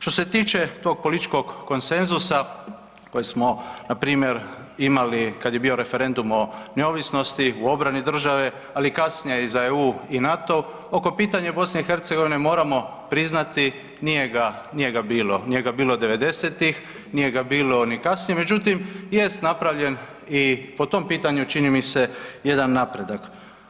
Što se tiče tog političkog konsenzusa kojeg smo npr. imali kad je bio referendum o neovisnosti u obrani države, ali i kasnije za EU i NATO oko pitanja BiH moramo priznati nije ga, nije ga bilo, nije ga bilo '90.-tih, nije ga bilo ni kasnije, međutim jest napravljen i po tom pitanju čini mi se jedan napredak.